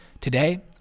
Today